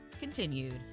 continued